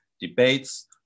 debates